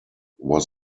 was